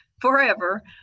forever